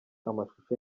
amashusho